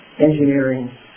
engineering